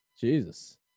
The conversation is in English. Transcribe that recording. Jesus